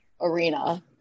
Arena